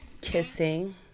kissing